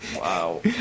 Wow